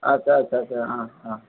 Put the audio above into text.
আচ্ছা আচ্ছা আচ্ছা অঁ অঁ